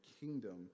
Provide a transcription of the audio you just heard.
kingdom